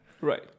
right